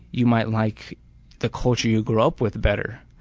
you might like the culture you grew up with better.